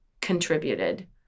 contributed